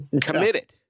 committed